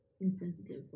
insensitive